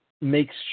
makes